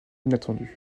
inattendues